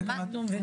מה את לא מבינה?